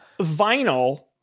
vinyl